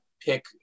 pick